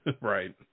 right